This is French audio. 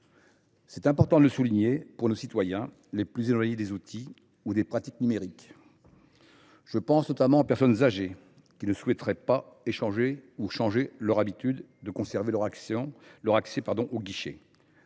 C’est important de le souligner pour nos concitoyens les plus éloignés des outils ou des pratiques numériques : je pense notamment aux personnes âgées, qui souhaiteraient ne pas changer leurs habitudes et conserver leur possibilité